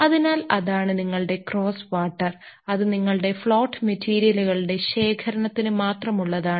അതിനാൽ അതാണ് നിങ്ങളുടെ ക്രോസ് വാട്ടർ അത് നിങ്ങളുടെ ഫ്ലോട്ട് മെറ്റീരിയലുകളുടെ ശേഖരണത്തിന് മാത്രമുള്ളതാണ്